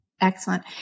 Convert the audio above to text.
Excellent